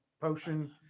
potion